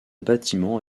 bâtiment